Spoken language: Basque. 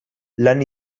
lan